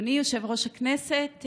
אדוני יושב-ראש הכנסת,